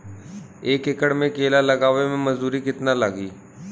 एक एकड़ में केला लगावे में मजदूरी कितना लागी?